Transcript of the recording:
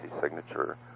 Signature